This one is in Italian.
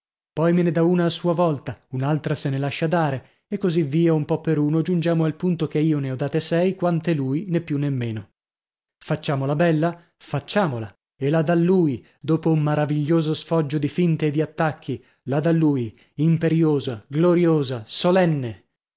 poi me ne dà una a sua volta un'altra se ne lascia dare e così via un po per uno giungiamo al punto che io ne ho date sei quante lui nè più nè meno facciamo la bella facciamola e la dà lui dopo un maraviglioso sfoggio di finte e di attacchi la dà lui imperiosa gloriosa solenne